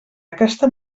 aquesta